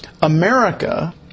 America